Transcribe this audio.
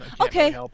Okay